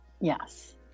Yes